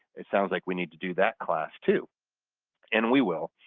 it sounds like we need to do that class too and we will